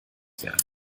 werden